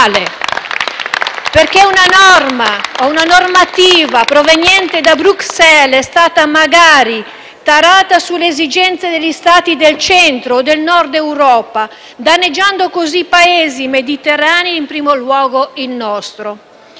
perché una normativa proveniente da Bruxelles è stata, magari, tarata sulle esigenze degli Stati del Centro o del Nord Europa, danneggiando così Paesi mediterranei, in primo luogo il nostro.